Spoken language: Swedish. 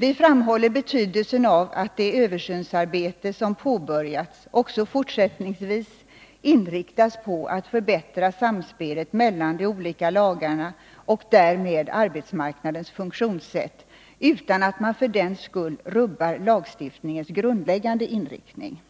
Vi framhåller betydelsen av att det översynsarbete som påbörjats också fortsättningsvis inriktas på att förbättra samspelet mellan de olika lagarna och därmed arbetsmarknadens funktionssätt utan att man för den skull rubbar lagstiftningens grundläggande inriktning.